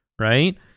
right